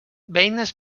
beines